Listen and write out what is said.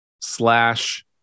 slash